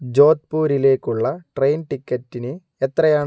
ജോധ്പൂരിലേക്കുള്ള train ടിക്കറ്റിന് എത്രയാണ്